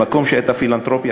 במקום שהייתה פילנתרופיה,